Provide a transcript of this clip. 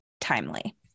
timely